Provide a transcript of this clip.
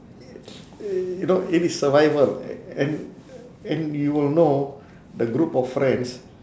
you know it is survival a~ and and you will know the group of friends